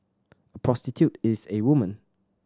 a prostitute is a woman